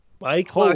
Mike